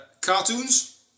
Cartoons